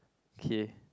ok